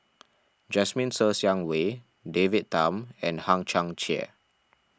Jasmine Ser Xiang Wei David Tham and Hang Chang Chieh